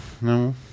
no